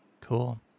cool